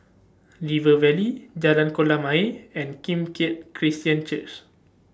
River Valley Jalan Kolam Ayer and Kim Keat Christian Church